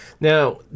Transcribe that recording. Now